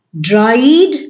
dried